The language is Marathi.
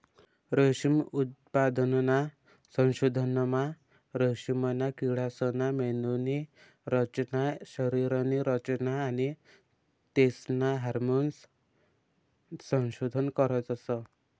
रेशीम उत्पादनना संशोधनमा रेशीमना किडासना मेंदुनी रचना, शरीरनी रचना आणि तेसना हार्मोन्सनं संशोधन करतस